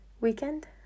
weekend